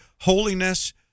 holiness